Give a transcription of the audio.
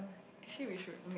actually we should make